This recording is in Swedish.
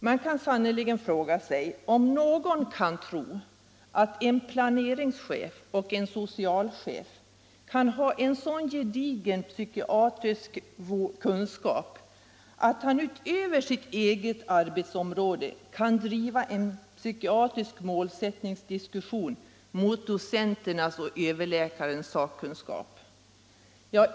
Man kan sannerligen fråga sig om en planeringschef och en socialchef kan ha en sådan gedigen kunskap i psykiatrisk vård utöver det egna arbetsfältet att de kan driva en diskussion om psykiatrisk målsättning mot docenternas och överläkarens sakkunskap.